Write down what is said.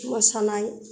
मोसानाय